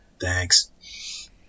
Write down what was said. Thanks